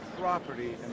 property